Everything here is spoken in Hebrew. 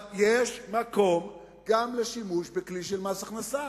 יש מקום גם לשימוש בכלי של מס הכנסה,